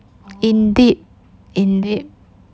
indeed indeed